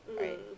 right